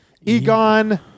Egon